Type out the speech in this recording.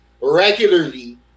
regularly